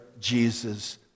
Jesus